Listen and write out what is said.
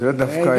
זה דווקא היום.